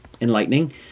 enlightening